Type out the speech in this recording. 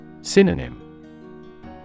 Synonym